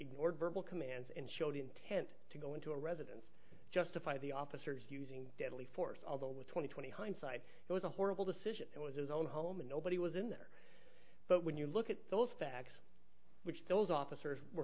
ignored verbal commands and showed intent to go into a residence justify the officers using deadly force although with twenty twenty hindsight it was a horrible decision it was his own home and nobody was in there but when you look at those facts which those officers were